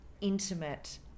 intimate